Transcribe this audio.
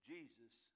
Jesus